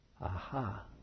aha